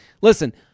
listen